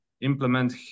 implement